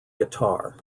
guitar